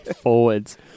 Forwards